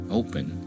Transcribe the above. open